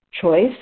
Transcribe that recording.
Choice